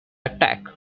attack